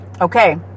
Okay